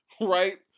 right